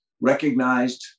recognized